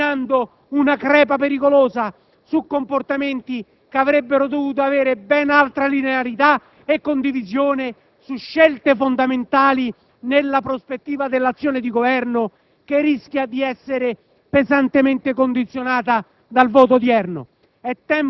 determinando una crepa pericolosa su comportamenti che avrebbero dovuto avere ben altra linearità e condivisione su scelte fondamentali nella prospettiva dell'azione di Governo che rischia di essere pesantemente condizionata dal voto odierno?